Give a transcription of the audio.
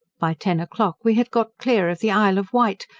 by ten o'clock we had got clear of the isle of wight,